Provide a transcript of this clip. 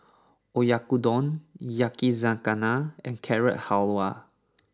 Oyakodon Yakizakana and Carrot Halwa